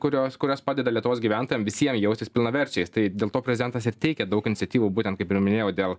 kurios kurios padeda lietuvos gyventojam visiem jaustis pilnaverčiais tai dėl to prezidentas ir teikia daug iniciatyvų būtent kaip ir minėjau dėl